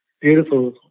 beautiful